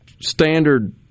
standard